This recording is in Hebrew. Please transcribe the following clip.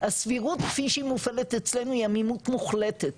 הסבירות כפי שהיא מופעלת אצלנו היא עמימות מוחלטת,